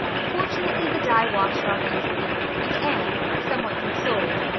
fortunately the dye washed off easily and anne, somewhat consoled,